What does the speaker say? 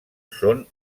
són